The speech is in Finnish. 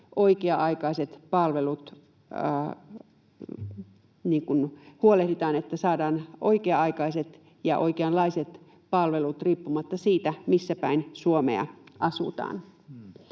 oikea-aikaiset palvelut huolehditaan, niin että saadaan oikea-aikaiset ja oikeanlaiset palvelut riippumatta siitä, missä päin Suomea asutaan.